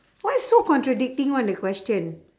why so contradicting [one] the question